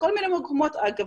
בכל מיני מקומות אגב,